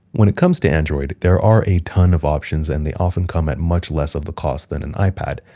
when it comes to android, there are a ton of options, and they often come at much less of the cost than an ipad.